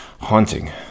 haunting